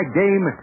game